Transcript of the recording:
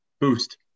boost